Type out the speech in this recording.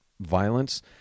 violence